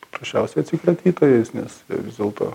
prasčiausiai atsikratyta jais nes jie vis dėlto